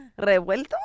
Revuelto